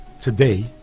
today